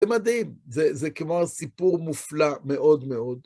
זה מדהים, זה כמו סיפור מופלא מאוד מאוד.